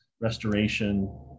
restoration